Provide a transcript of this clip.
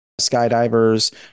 skydivers